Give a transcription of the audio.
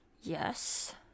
yes